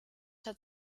hat